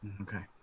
Okay